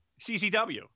CCW